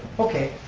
okay.